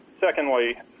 secondly